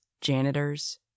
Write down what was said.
janitors